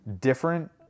different